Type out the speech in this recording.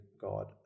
God